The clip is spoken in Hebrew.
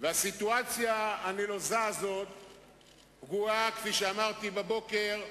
הסיטואציה הנלוזה הזאת פגועה, כפי שאמרתי בבוקר,